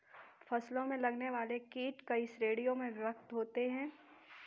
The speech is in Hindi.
फसलों में लगने वाले कीट कई श्रेणियों में विभक्त होते हैं